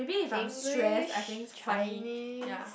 English Chinese